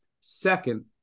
Second